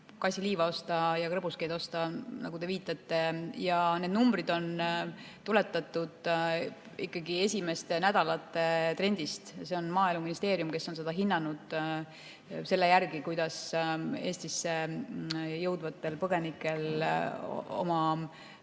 kassiliiva ja krõbuskeid osta, nagu te viitate. Ja need numbrid on tuletatud ikkagi esimeste nädalate trendist. Maaeluministeerium on seda hinnanud selle järgi, [kui palju] Eestisse jõudnud põgenikel oma